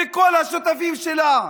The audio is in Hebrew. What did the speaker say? וכל השותפים שלה.